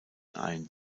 ein